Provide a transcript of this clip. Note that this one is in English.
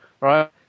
right